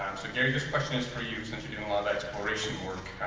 so, gary, this question is for you since you did a lot of exploration work.